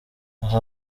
aha